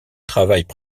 travaillent